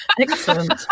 Excellent